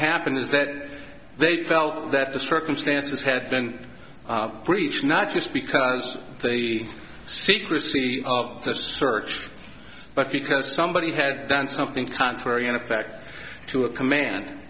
happened is that they felt that the circumstances had been breached not just because the secrecy of the search but because somebody had done something contrary in effect to a command